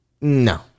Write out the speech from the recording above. No